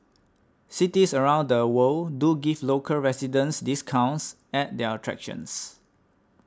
cities around the world do give local residents discounts at their attractions